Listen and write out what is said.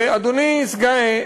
ואדוני סגן,